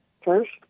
first